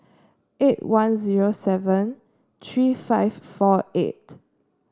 eight one zero seven three five four eight